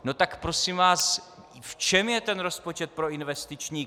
No tak prosím vás, v čem je ten rozpočet proinvestiční?